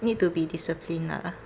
need to be disciplined lah